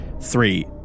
three